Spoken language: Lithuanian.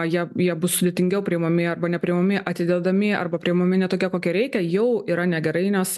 jie jie bus sudėtingiau priimami arba nepriimami atidedami arba priimami ne tokie kokie reikia jau yra negerai nes